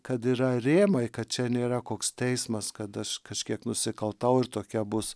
kad yra rėmai kad čia nėra koks teismas kad aš kažkiek nusikaltau ir tokia bus